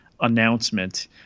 announcement